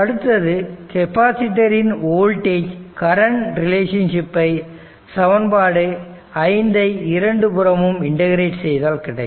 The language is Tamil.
அடுத்தது கெபாசிட்டர் ன் வோல்டேஜ் கரண்ட் ரிலேஷன்ஷிப்பை சமன்பாடு 5 ஐ இரண்டு புறமும் இன்டக்கிரேட் செய்தால் கிடைக்கும்